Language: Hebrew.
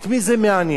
את מי זה מעניין?